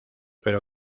pero